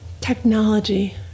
Technology